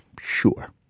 Sure